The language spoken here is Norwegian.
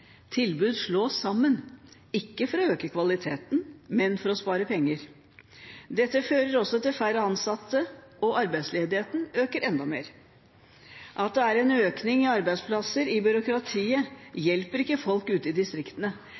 tilbud slås sammen – ikke for å øke kvaliteten, men for å spare penger. Dette fører også til færre ansatte, og arbeidsledigheten øker enda mer. At det er en økning i antall arbeidsplasser i byråkratiet, hjelper ikke folk ute i distriktene.